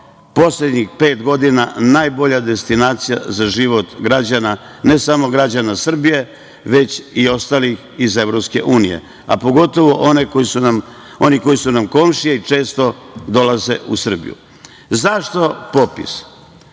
poslednjih pet godina najbolja destinacija za život građana, ne samo građana Srbije već i ostalih iz EU, a pogotovo oni koji su nam komšije i često dolaze u Srbiju.Zašto popis?